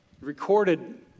recorded